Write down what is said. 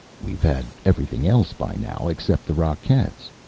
we've had everything else by now, except the rockettes.